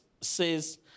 says